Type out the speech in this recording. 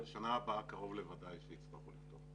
שנה הבאה, קרוב לוודאי שיצטרכו לפתוח.